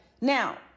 now